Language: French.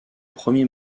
premier